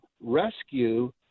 rescue